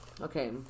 okay